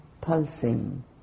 pulsing